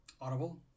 Audible